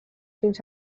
fins